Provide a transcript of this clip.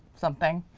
something.